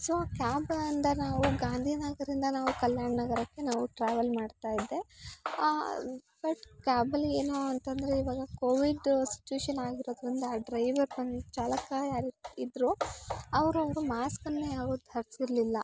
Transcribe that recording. so ಕ್ಯಾಬ್ಇಂದ ನಾವು ಗಾಂಧಿ ನಗ್ರದಿಂದ ನಾವು ಕಲ್ಯಾಣ ನಗರಕ್ಕೆ ನಾವು ಟ್ರಾವೆಲ್ ಮಾಡ್ತಾ ಇದ್ದೆ ಬಟ್ ಕ್ಯಾಬಲ್ಲಿ ಏನು ಅಂತಂದರೆ ಇವಾಗ ಕೋವಿಡ್ ಸಿಚ್ವೇಶನ್ ಆಗಿರೋದರಿಂದ ಡ್ರೈವರ್ ಚಾಲಕ ಯಾರು ಇದ್ರು ಅವರು ಮಾಸ್ಕನ್ನೆ ಅವರು ಧರಿಸಿರ್ಲಿಲ್ಲ